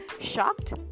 Shocked